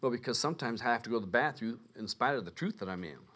well because sometimes have to go to bathroom in spite of the truth that i mean